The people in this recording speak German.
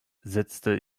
setzte